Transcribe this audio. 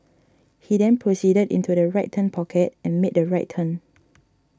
he then proceeded into the right turn pocket and made the right turn